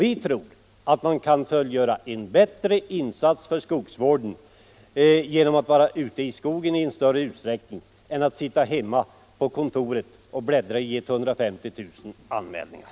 Vi tror att man kan göra en bättre insats för skogsvården genom att i större utsträckning vara ute i skogen och inte genom att sitta på kontoret och bläddra i 150 000 anmälningar.